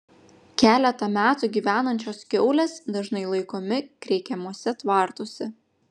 keletą metų gyvenančios kiaulės dažnai laikomi kreikiamuose tvartuose